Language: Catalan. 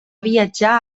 viatjar